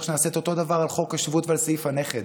שנעשה את אותו דבר על חוק השבות ועל סעיף הנכד.